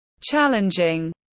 challenging